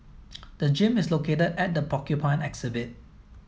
the gym is located at the Porcupine exhibit